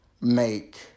make